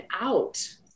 out